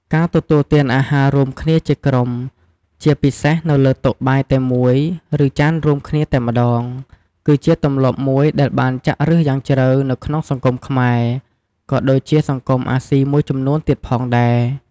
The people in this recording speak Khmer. ការទទួលទានអាហាររួមគ្នាជាក្រុម ជាពិសេសនៅលើតុបាយតែមួយ ឬចានរួមគ្នាតែម្តង គឺជាទម្លាប់មួយដែលបានចាក់ឫសយ៉ាងជ្រៅនៅក្នុងសង្គមខ្មែរ ក៏ដូចជាសង្គមអាស៊ីមួយចំនួនទៀតផងដែរ។